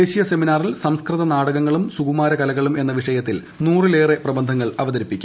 ദേശീയ സെമിനാറിൽ സ്കൂസ്കൃത നാടകങ്ങളും സുകുമാരകലകളും എന്ന വിഷയത്തിൽ ആ ൽ ഏറെ പ്രബന്ധങ്ങൾ അവതരിപ്പിക്കും